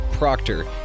proctor